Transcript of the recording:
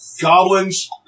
goblins